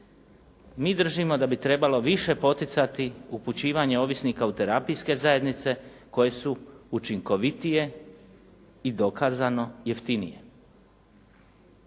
mi držimo da bi trebalo više poticati upućivanje ovisnika u terapijske zajednice koje su učinkovitije i dokazano jeftinije.